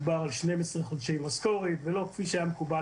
מדובר על 12 חודשי משכורת ולא כפי שהיה מקובל